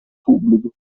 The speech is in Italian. pubblico